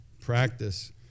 practice